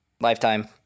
lifetime